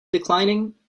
declining